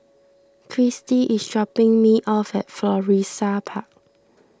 Kristie is dropping me off at Florissa Park